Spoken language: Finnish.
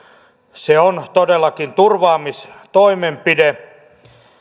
se on todellakin turvaamistoimenpide